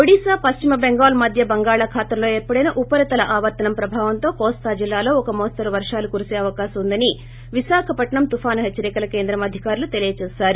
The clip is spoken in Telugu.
ఒడిసా పశ్చిమ బెంగాళ్ మధ్య బంగాళాఖాతంలో ఏర్పడిన ఉపరితల ఆవర్తనం ప్రభావంతో కోస్తా జిల్లాల్లో ఒక మోస్తరు వర్షాలు కురీస అవకాశం ఉందని విశాఖపట్సం తుపాను హెచ్చరికల కేంద్రం అధికారులు తెలిపారు